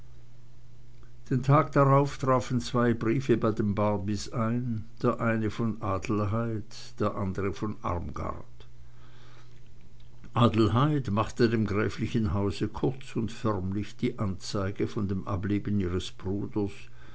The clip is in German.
den tag drauf trafen zwei briefe bei den barbys ein der eine von adelheid der andre von armgard adelheid machte dem gräflichen hause kurz und förmlich die anzeige von dem ableben ihres bruders